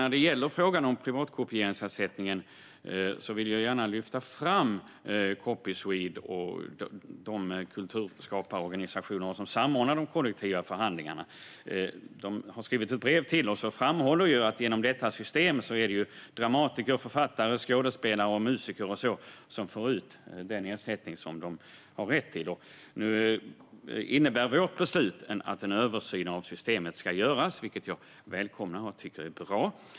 När det gäller frågan om privatkopieringsersättningen vill jag gärna lyfta fram Copyswede och de kulturskaparorganisationer som samordnar de kollektiva förhandlingarna. De har skrivit ett brev till oss och framhåller att dramatiker, författare, skådespelare, musiker med flera genom detta system får ut den ersättning de har rätt till. Vårt beslut innebär att en översyn av systemet ska göras, vilket jag välkomnar och tycker är bra.